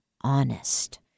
honest